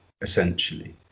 essentially